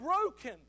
broken